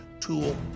tool